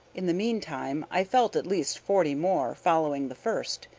in the meantime i felt at least forty more following the first.